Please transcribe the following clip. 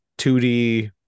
2d